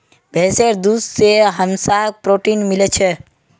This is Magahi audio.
भैंसीर दूध से हमसाक् प्रोटीन मिल छे